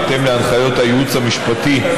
בהתאם להנחיות הייעוץ המשפטי,